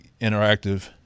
interactive